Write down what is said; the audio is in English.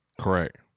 Correct